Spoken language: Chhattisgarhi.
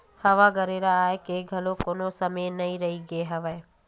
हवा गरेरा आए के घलोक कोनो समे नइ रहिगे हवय